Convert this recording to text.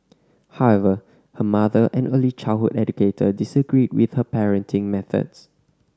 however her mother an early childhood educator disagreed with her parenting methods